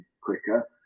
quicker